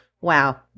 wow